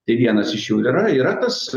tai vienas iš jų ir yra yra tas